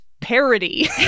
parody